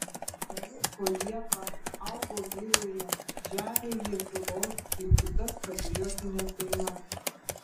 palinko liepa augo girioje žemėj lietuvos ir kitas patriotines dainas